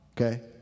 okay